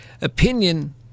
opinion